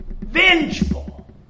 vengeful